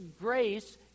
grace